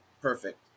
perfect